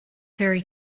very